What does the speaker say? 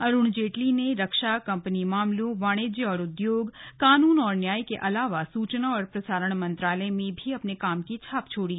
अरुण जेटली ने रक्षा कम्पनी मामलों वाणिज्य और उद्योग कानून और न्याय के अलावा सूचना और प्रसारण मंत्रालय में अपने काम की छाप छोड़ी